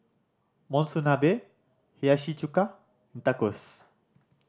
Monsunabe Hiyashi Chuka Tacos